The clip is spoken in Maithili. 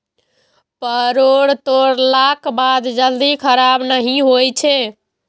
परोर तोड़लाक बाद जल्दी खराब नहि होइ छै